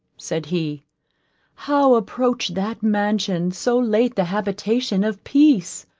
said he how approach that mansion, so late the habitation of peace?